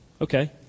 Okay